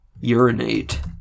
Urinate